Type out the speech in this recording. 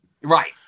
Right